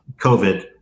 COVID